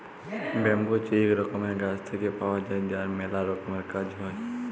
bamboo হছে ইক রকমের গাছ থেক্যে পাওয়া যায় যার ম্যালা রকমের কাজ হ্যয়